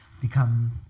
become